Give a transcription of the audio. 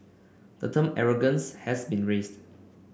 the term arrogance has been raised